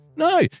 No